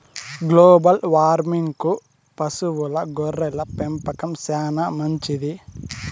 global వార్మింగ్కు పశువుల గొర్రెల పెంపకం చానా మంచిది